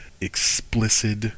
explicit